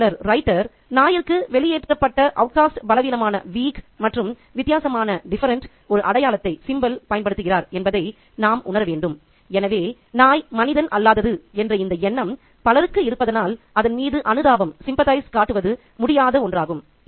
எழுத்தாளர் நாயிற்கு வெளியேற்றப்பட்ட பலவீனமான மற்றும் வித்தியாசமான ஒரு அடையாளத்தை பயன்படுத்துகிறார் என்பதை நாம் உணர வேண்டும் எனவே நாய் மனிதன் அல்லாதது என்ற இந்த எண்ணம் பலருக்கு இருப்பதனால் அதன் மீது அனுதாபம் காட்டுவது முடியாத ஒன்றாகும்